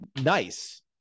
Nice